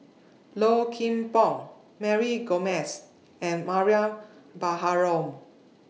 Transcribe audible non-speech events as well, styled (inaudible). (noise) Low Kim Pong Mary Gomes and Mariam Baharom